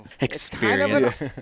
experience